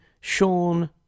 sean